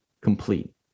complete